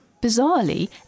Bizarrely